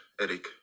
eric